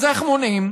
אז איך מונעים?